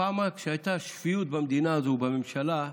פעם, כשהייתה שפיות במדינה הזאת, בממשלה,